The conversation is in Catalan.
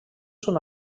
són